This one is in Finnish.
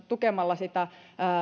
tukemalla sitä